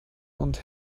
und